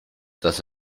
dass